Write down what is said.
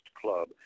club